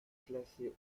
classés